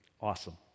Awesome